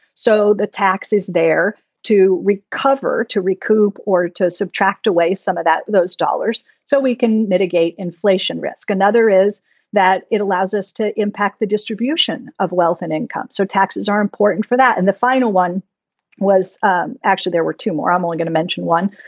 so the tax is there to recover, to recoup or to subtract away some of those dollars so we can mitigate inflation risk. another is that it allows us to impact the distribution of wealth and income. so taxes are important for that. and the final one was ah actually there were two more i'm only going to mention. one,